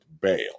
bail